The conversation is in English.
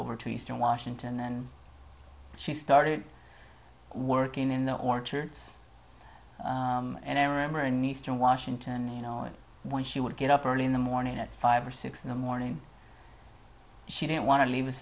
over to eastern washington and she started working in the orchards and i remember in eastern washington you know when she would get up early in the morning at five or six in the morning she didn't want to leave us